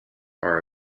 are